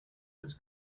its